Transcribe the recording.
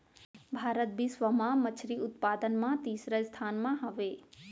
भारत बिश्व मा मच्छरी उत्पादन मा तीसरा स्थान मा हवे